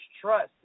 trust